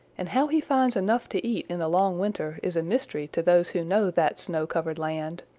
and how he finds enough to eat in the long winter is a mystery to those who know that snow-covered land.